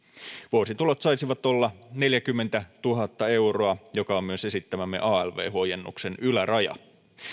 vuositulot saisivat olla neljäkymmentätuhatta euroa joka on myös esittämämme alv huojennuksen yläraja